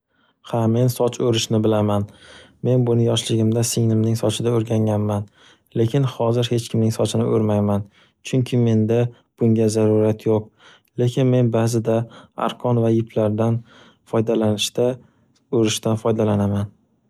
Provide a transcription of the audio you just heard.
Ha, men soch o'rishni bilaman, men buni yoshligimda singlimning sochida o'rganganman, lekin hozir hech kimning sochini o'rmayman, chunki menda bunga zarurat yo'q, lekin men ba'zida arqon va yiplardan foydalanishda o'rishdan foydalanaman.